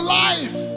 life